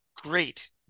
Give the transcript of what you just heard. great